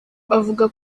bavuga